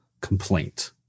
complaint